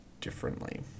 differently